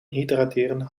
hydraterende